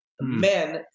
Men